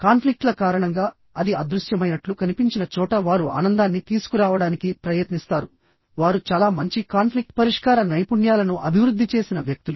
conflict ల కారణంగా అది అదృశ్యమైనట్లు కనిపించిన చోట వారు ఆనందాన్ని తీసుకురావడానికి ప్రయత్నిస్తారు వారు చాలా మంచి కాన్ఫ్లిక్ట్ పరిష్కార నైపుణ్యాలను అభివృద్ధి చేసిన వ్యక్తులు